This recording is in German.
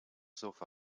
sofa